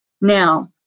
Now